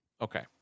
Okay